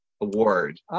Award